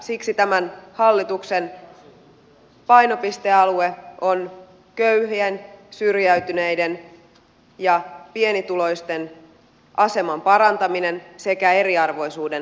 siksi tämän hallituksen painopistealue on köyhien syrjäytyneiden ja pienituloisten aseman parantaminen sekä eriarvoisuuden vähentäminen